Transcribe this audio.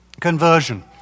Conversion